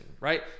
right